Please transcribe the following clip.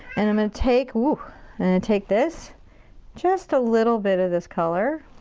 and i'm gonna take. i'm gonna take this just a little bit of this color